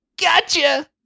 Gotcha